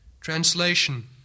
Translation